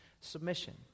submission